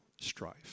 strife